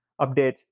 update